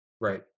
Right